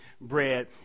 bread